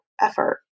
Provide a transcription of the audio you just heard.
effort